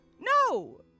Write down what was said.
No